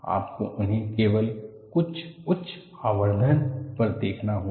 आपको उन्हें केवल बहुत उच्च आवर्धन पर देखना होगा